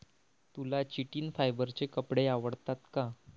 तुला चिटिन फायबरचे कपडे आवडतात का?